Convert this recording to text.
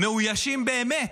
מיואשים באמת.